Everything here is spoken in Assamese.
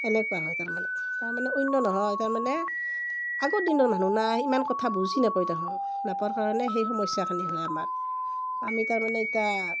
এনেকুৱা হয় তাৰমানে তাৰমানে অন্য নহয় তাৰমানে আগৰ দিনৰ মানুহ না ইমান কথা বুজি নাপোই তাহুন নাপ'ৰ কাৰণে সেই সমস্যাখিনি হয় আমাৰ আমি তাৰমানে ইতা